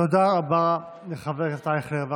תודה רבה לחבר הכנסת אייכלר.